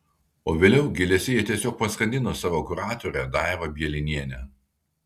o vėliau gėlėse jie tiesiog paskandino savo kuratorę daivą bielinienę